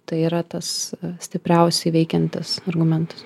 tai yra tas stipriausiai veikiantis argumentas